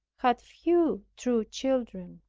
had few true children.